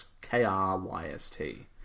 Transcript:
K-R-Y-S-T